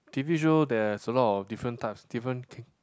T_V show there is a lot of different types different K